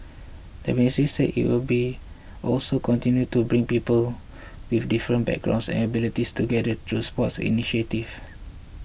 the ministry said it will be also continue to bring people with different backgrounds and abilities together through sports initiatives